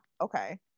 okay